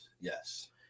Yes